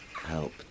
help